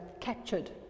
captured